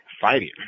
fighting